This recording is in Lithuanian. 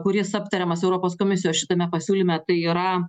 kuris aptariamas europos komisijos šitame pasiūlyme tai yra